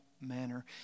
manner